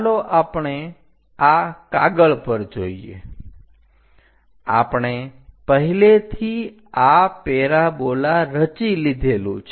ચાલો આપણે આ કાગળ પર જોઈએ આપણે પહેલેથી આ પેરાબોલા રચી લીધેલું છે